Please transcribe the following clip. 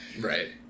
Right